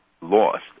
lost